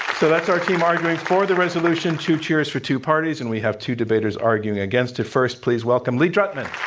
so that's our team arguing for the resolution two cheers for two parties. and we have two debaters arguing against the first. please welcome lee drutman.